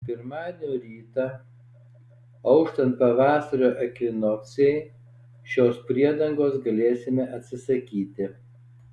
pirmadienio rytą auštant pavasario ekvinokcijai šios priedangos galėsime atsisakyti